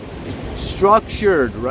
structured